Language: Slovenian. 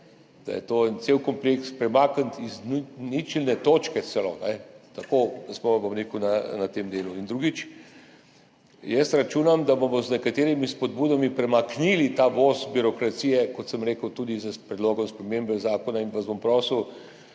da je to cel kompleks premakniti se celo z ničelne točke, tako da smo na tem delu. In drugič, jaz računam, da bomo z nekaterimi spodbudami premaknili ta voz birokracije, kot sem rekel, tudi s predlogom spremembe zakona, in vas bom prosil